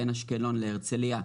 בין אשקלון להרצלייה,